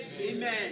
Amen